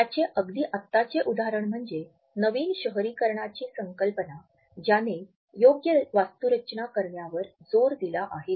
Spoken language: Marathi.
त्याचे अगदी आत्ताचे उदाहरण म्हणजे नवीन शहरीकरणाची संकल्पना ज्याने योग्य वास्तुरचना करण्यावर जोर दिला आहे